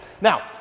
Now